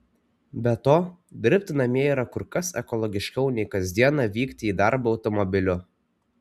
be to dirbti namie yra kur kas ekologiškiau nei kas dieną vykti į darbą automobiliu